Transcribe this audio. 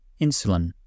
insulin